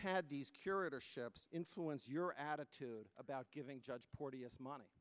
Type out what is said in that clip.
had these curatorship influence your attitude about giving judge porteous money